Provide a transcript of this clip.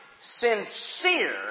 sincere